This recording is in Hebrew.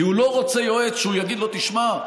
הוא לא רוצה יועץ שיגיד לו: תשמע,